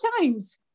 times